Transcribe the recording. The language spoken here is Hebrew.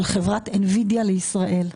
של חברת אינבידיה לישראל.